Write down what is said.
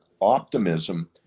optimism